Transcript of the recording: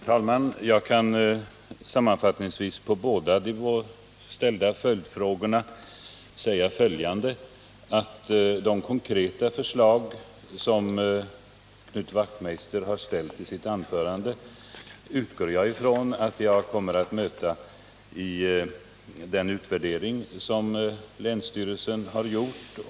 Herr talman! På båda de ställda frågorna kan jag sammanfattningsvis svara följande. Jag utgår ifrån att jag kommer att möta de konkreta förslag som Knut Wachtmeister har framfört i samband med rapporten från den utvärdering som länsstyrelsen har gjort.